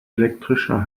elektrischer